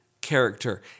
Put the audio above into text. character